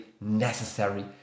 necessary